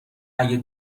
اگه